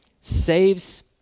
saves